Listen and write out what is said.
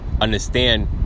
understand